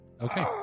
Okay